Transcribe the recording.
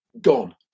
gone